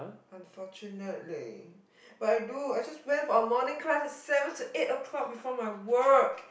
unfortunately but I do I just went for a morning class at seven to eight o-clock before my work